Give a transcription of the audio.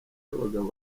b’abagabo